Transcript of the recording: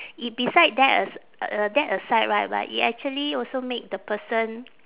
i~ beside that as~ uh that aside right but it actually also make the person